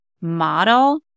model